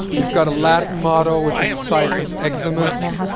you've got a latin motto which is siphus eximus.